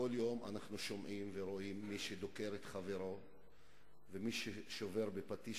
כל יום אנחנו שומעים ורואים מי שדוקר את חברו ומי ששובר בפטיש